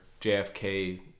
JFK